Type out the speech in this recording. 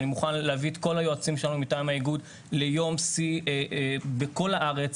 אני מוכן להביא את כל היועצים שלנו מטעם האיגוד ליום שיא בכל הארץ,